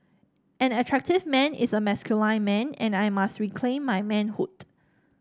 an attractive man is a masculine man and I must reclaim my manhood